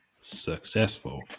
successful